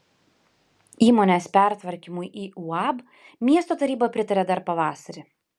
įmonės pertvarkymui į uab miesto taryba pritarė dar pavasarį